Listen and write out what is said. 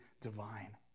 divine